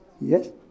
Yes